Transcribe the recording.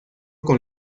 con